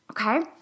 Okay